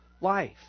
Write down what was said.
life